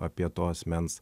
apie to asmens